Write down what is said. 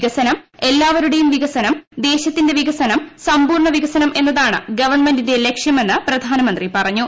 വികസനം എല്ലാവരുടെയും വികസനം ദേശത്തിന്റെ വികസനം സമ്പൂർണ്ണ വികസനം എന്നതാണ് ഗവൺമെന്റിന്റെ ലക്ഷ്യമെന്ന് പ്രധാനമന്ത്രി പറഞ്ഞു